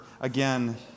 again